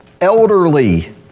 elderly